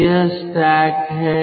तो यह स्टैक है